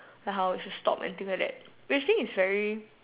like how it should stop and things like that basically is very